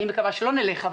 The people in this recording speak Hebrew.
שאני מקווה שלא נלך,